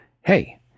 Hey